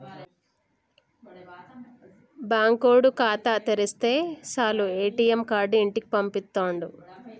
బాంకోడు ఖాతా తెరిస్తె సాలు ఏ.టి.ఎమ్ కార్డు ఇంటికి పంపిత్తుండు